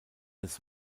des